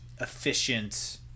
efficient